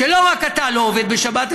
שלא רק אתה לא עובד בשבת,